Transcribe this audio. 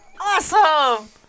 Awesome